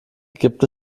gibt